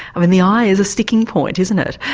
ah and the eye is a sticking point, isn't it.